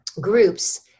groups